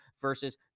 versus